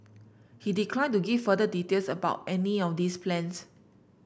he declined to give further details about any of these plans